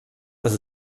das